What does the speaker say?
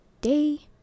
day